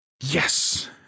Yes